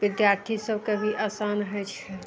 विद्यार्थी सबके भी आसान होइ छै